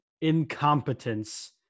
incompetence